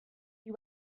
you